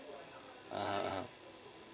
(uh huh) (uh huh)